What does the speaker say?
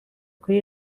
kuri